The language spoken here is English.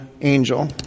angel